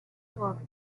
worked